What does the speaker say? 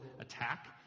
attack